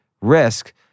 risk